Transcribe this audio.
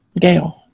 Gail